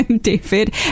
David